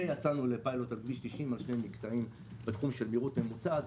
ויצאנו לפיילוט על כביש 90 על שני מקטעים בתחום של מהירות ממוצעת.